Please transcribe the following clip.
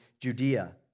Judea